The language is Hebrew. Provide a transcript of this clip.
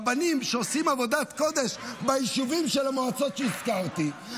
רבנים שעושים עבודת קודש ביישובים של המועצות שהזכרתי,